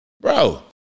Bro